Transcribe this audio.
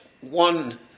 one